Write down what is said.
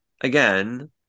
again